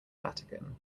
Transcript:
vatican